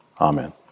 Amen